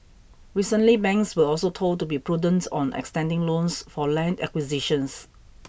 recently banks were also told to be prudent on extending loans for land acquisitions